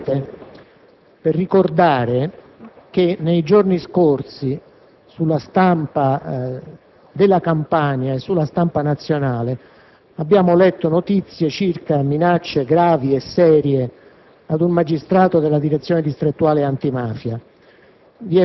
molto brevemente per ricordare che nei giorni scorsi, sulla stampa della Campania e sulla stampa nazionale, abbiamo letto notizie circa minacce gravi e serie